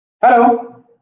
Hello